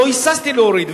לא היססתי להוריד,